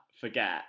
forget